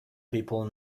people